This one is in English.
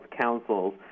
councils